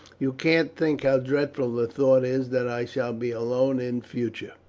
you can't think how dreadful the thought is that i shall be alone in future.